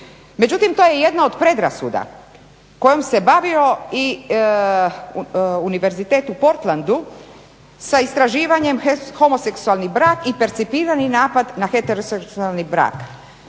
Međutim to je jedna od predrasuda kojom se bavio i Univerzitet u Portlandu sa istraživanjem "Homoseksualni brak i percipirani brak na heteroseksualni brak.",